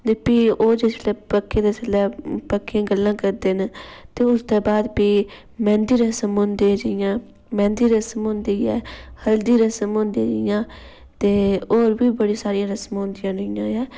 ते फ्ही ओह् जिसलै पक्खे दी जिसलै पक्कियां गल्लां करदे न ते उसदै बाद च फ्ही मैंह्दी रस्म होंदी ऐ जियां मैंह्दी रस्म होंदी ऐ हल्दी रस्मां होंदी जियां ते होर बी बड़ी सारियां रस्मां होंदियां न इ'यां गै